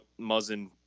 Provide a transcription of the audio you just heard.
Muzzin